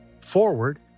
forward